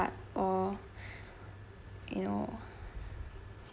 or you know